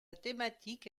thématique